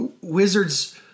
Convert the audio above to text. wizards